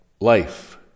life